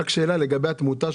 לגבי התמותה.